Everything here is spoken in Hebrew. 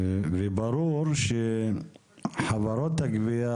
וברור שחברות הגבייה,